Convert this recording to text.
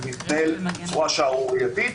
זה שערורייתי.